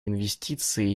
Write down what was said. инвестиции